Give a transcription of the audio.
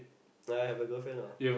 ya I have a girlfriend ah